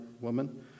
woman